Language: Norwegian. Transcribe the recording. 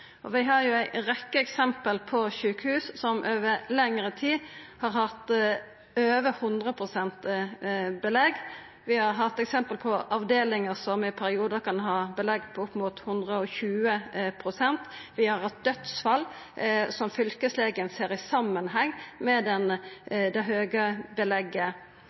Vi har ei rekkje eksempel på sjukehus som over lengre tid har hatt over 100 pst. belegg. Vi har hatt eksempel på avdelingar som i periodar kan ha belegg på opp mot 120 pst. Vi har hatt dødsfall som fylkeslegen har sett i samanheng med det høge belegget.